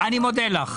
אני מודה לך.